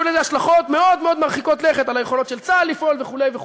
יהיו לזה השלכות מרחיקות לכת מאוד מאוד על היכולות של צה"ל לפעול וכו'.